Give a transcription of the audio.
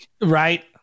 Right